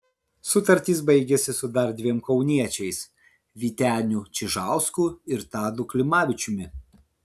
sutartys baigiasi su dar dviem kauniečiais vyteniu čižausku ir tadu klimavičiumi